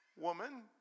Woman